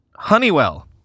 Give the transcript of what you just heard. Honeywell